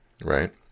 right